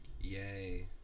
Yay